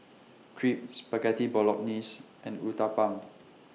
Crepe Spaghetti Bolognese and Uthapam